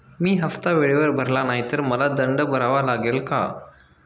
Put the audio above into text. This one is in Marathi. मी हफ्ता वेळेवर भरला नाही तर मला दंड भरावा लागेल का?